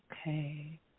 okay